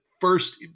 first